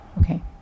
Okay